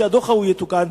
שהדוח ההוא יתוקן,